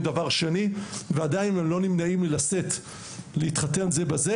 דבר שני ועדיין הם לא נמנעים מלהתחתן זה עם זה,